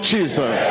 Jesus